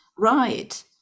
Right